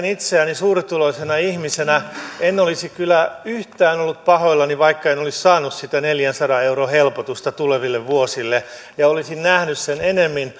itseäni suurituloisena ihmisenä en olisi kyllä yhtään ollut pahoillani vaikka en olisi saanut sitä neljänsadan euron helpotusta tuleville vuosille ja olisin nähnyt sen ennemmin